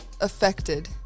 affected